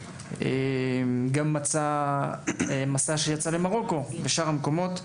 גם מסע שיצא למרוקו ולשאר המקומות.